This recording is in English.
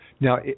Now